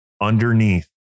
underneath